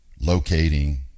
locating